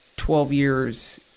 twelve years,